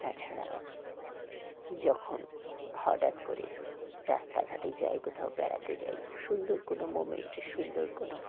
তাছাড়াও যখন হঠাৎ করে রাস্তাঘাটে যাই কোথাও বেড়াতে যাই সুন্দর কোনো মোমেন্টে সুন্দর কোনো